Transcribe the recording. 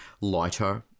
lighter